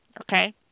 Okay